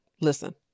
listen